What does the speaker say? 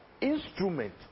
instrument